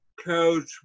coach